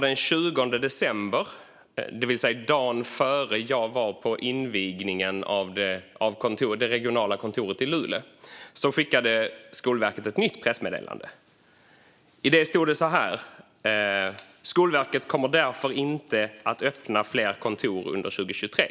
Den 20 december, det vill säga dagen innan jag var på invigningen av det regionala kontoret i Luleå, skickade Skolverket ett nytt pressmeddelande. I det stod det att Skolverket inte kommer att öppna fler kontor under 2023.